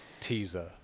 teaser